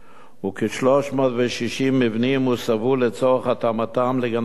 וכ-360 מבנים הוסבו לצורך התאמתם לגני-ילדים.